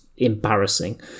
embarrassing